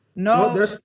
No